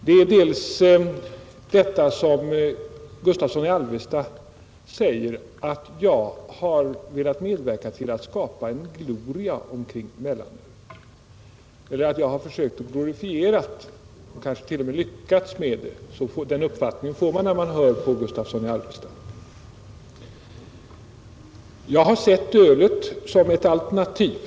Herr Gustavsson i Alvesta säger att jag har sökt glorifiera mellanölet och kanske lyckats — den uppfattningen kunde man få när man hörde herr Gustavsson. Jag har sett ölet som ett alternativ.